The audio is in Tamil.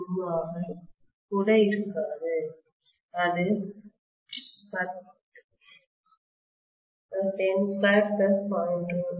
3 ஆக கூட இருக்காது அது 2 0